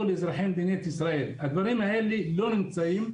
אזרחי מדינת ישראל הדברים האלה לא נמצאים.